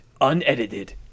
unedited